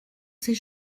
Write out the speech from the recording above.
ces